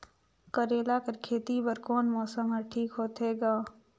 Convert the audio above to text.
करेला कर खेती बर कोन मौसम हर ठीक होथे ग?